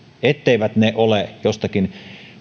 etteivät ne ole jostakin